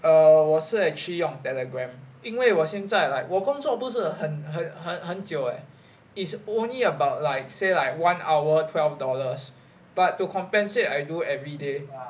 err 我是 actually 用 Telegram 因为我现在 like 我工作不是很很很很久 eh is only about like say like one hour twelve dollars but to compensate I do every day